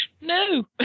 No